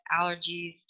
allergies